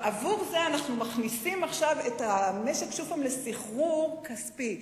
בעבור זה אנחנו מכניסים עכשיו את המשק שוב פעם לסחרור כספי,